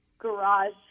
Garage